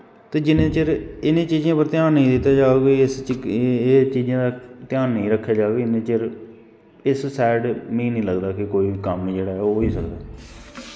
ते जिन्ने चिर इनें चीजें पर ध्यान नेंई दित्ता जा ते एह् चीजें दा ध्यान नेंई रक्खेआ जाग इन्ने चिर इस साईड मिगी नी लगदा कोई कम्म होई सकदा ऐ